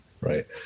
Right